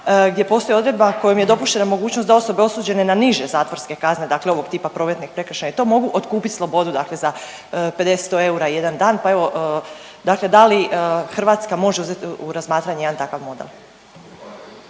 gdje postoji odredba kojom je dopuštena mogućnost da osobe osuđene na niže zatvorske kazne dakle ovog tipa prometnih prekršaja i to mogu otkupit slobodu dakle za 50-100 eura jedan dan, pa evo dakle da li Hrvatska može uzet u razmatranje jedan takav model?